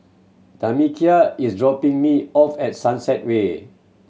Tamekia is dropping me off at Sunset Way